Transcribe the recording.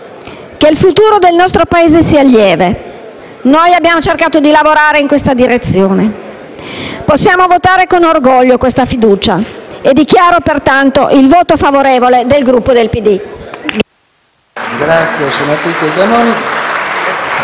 che il futuro del nostro Paese sia lieve, noi abbiamo cercato di lavorare in questa direzione. Possiamo votare con orgoglio questa fiducia e dichiaro pertanto il voto favorevole del Gruppo Partito